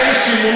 את אלה שמונו.